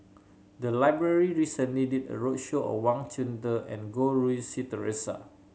the library recently did a roadshow on Wang Chunde and Goh Rui Si Theresa